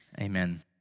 amen